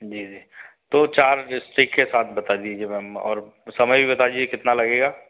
जी जी तो चार इस्ट्रीक के साथ बता दीजिए मैम और समय भी बता दीजिए कितना लगेगा